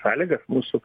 sąlygas mūsų